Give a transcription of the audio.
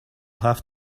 have